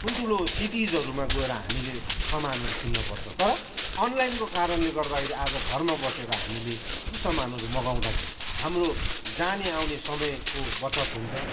ठुल्ठुलो सिटिसहरूमा गएर हामीले सामानहरू किन्नुपर्छ तर अनलाइनको कारणले गर्दाखेरि आज घरमा बसेर हामीले यी सामानहरू मगाउँदाखेरि हाम्रो जाने आउने समयको बचत हुन्छ